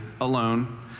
alone